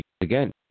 again